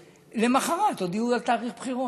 למוחרת הודיעו על תאריך בחירות,